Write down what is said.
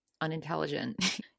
unintelligent